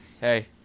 Hey